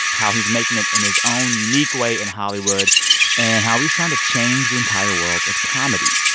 how he's making it in his own unique way in hollywood and how he's trying to change the entire world of comedy.